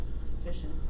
sufficient